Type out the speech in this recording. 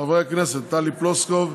חברי הכנסת טלי פלוסקוב,